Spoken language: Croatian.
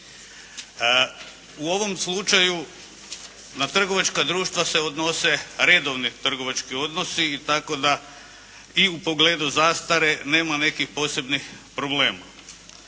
U ovom slučaju na trgovačka društva se odnose redovni trgovački odnosi i tako da i u pogledu zastare nema nekih posebnih problema.